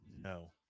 No